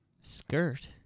skirt